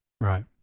right